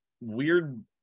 weird